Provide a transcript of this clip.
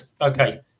Okay